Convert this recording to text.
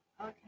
Okay